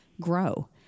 grow